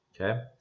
Okay